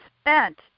spent